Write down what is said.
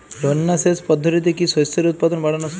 ঝর্না সেচ পদ্ধতিতে কি শস্যের উৎপাদন বাড়ানো সম্ভব?